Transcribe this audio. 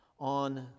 on